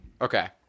Okay